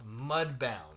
Mudbound